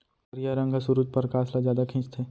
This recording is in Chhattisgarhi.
करिया रंग ह सुरूज परकास ल जादा खिंचथे